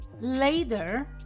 later